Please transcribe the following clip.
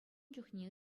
чухне